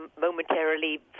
momentarily